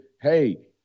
hey